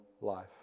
life